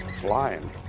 flying